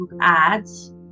ads